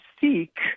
seek